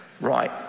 right